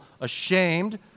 ashamed